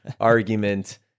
argument